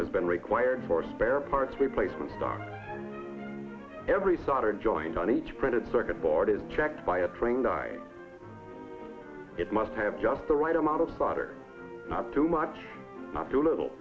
has been required for spare parts replacements are every solder joint on each printed circuit board is checked by a trained eye it must have just the right amount of solder not too much not too little